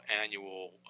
annual